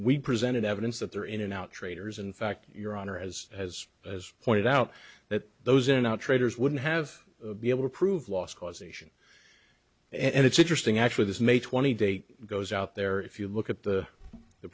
we presented evidence that they're in and out traitors in fact your honor as has as pointed out that those in the traitors wouldn't have been able to prove last causation and it's interesting actually this may twenty date goes out there if you look at the the